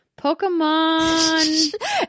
Pokemon